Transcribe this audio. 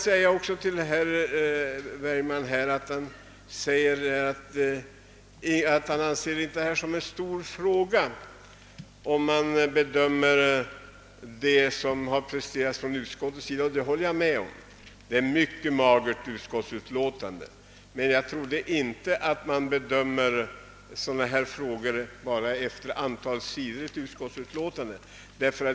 Herr Bergman säger vidare att detta inte framstår som någon stor fråga, om man bedömer det som presterats av utskottet. Ja, det håller jag med om — det är ett mycket magert utlåtande. Men jag trodde att man inte bedömde sådana här frågor bara efter antalet sidor i ett utskottsutlåtande.